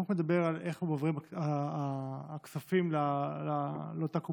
החוק מדבר על איך עוברים הכספים לאותה קופה.